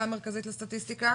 הלשכה המרכזית לסטטיסטיקה.